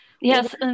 yes